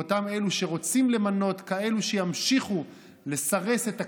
עם אותם אלו שרוצים למנות כאלה שימשיכו לסרס את הכוח,